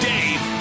Dave